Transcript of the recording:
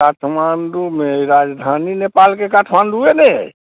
काठमाण्डूमे राजधानी नेपालके काठमाण्डूए ने अइ